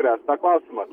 spręs tą klausimą